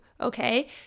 okay